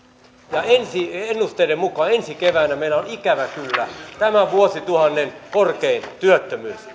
ja ennusteiden mukaan ensi keväänä meillä on ikävä kyllä tämän vuosituhannen korkein työttömyys